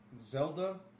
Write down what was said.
Zelda